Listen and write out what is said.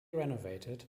renovated